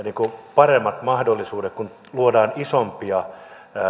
paremmat mahdollisuudet kun luodaan isompia